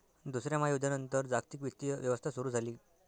दुसऱ्या महायुद्धानंतर जागतिक वित्तीय व्यवस्था सुरू झाली